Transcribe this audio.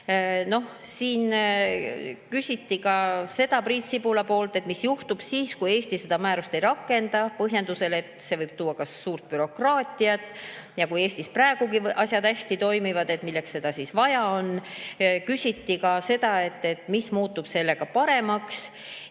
komisjon edasi liikuda. Priit Sibul küsis, mis juhtub siis, kui Eesti seda määrust ei rakenda, põhjendusel, et see võib tuua kaasa suurt bürokraatiat, ja kui Eestis praegugi asjad hästi toimivad, siis milleks seda vaja on. Küsiti ka, mis muutub sellega paremaks.